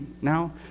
now